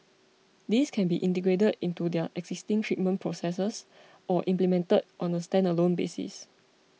these can be integrated into their existing treatment processes or implemented on a standalone basis